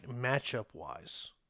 matchup-wise